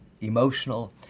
emotional